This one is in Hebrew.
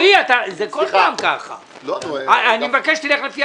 רועי, זה כל פעם ככה.